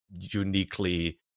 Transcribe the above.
uniquely